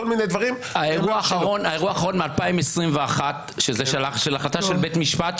כל מיני דברים --- האירוע האחרון מ-2021 שזה של החלטה של בית משפט,